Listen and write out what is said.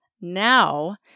Now